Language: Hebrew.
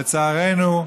לצערנו,